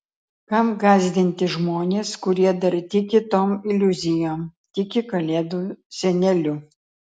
kam gąsdinti žmones kurie dar tiki tom iliuzijom tiki kalėdų seneliu